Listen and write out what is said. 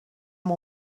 amb